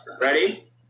Ready